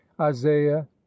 isaiah